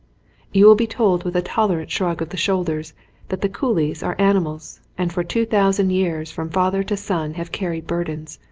you will be told with a tolerant shrug of the shoulders that the coolies are animals and for two thousand years from father to son have carried burdens,